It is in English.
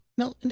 No